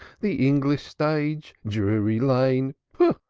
the english stage drury lane pooh!